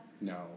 No